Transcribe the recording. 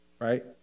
right